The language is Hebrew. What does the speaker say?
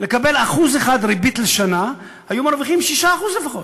לקבל אחוז ריבית לשנה, והיו מרוויחים 6% לפחות,